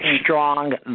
strong